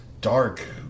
dark